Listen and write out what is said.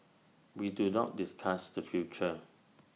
we do not discuss the future